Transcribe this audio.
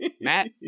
Matt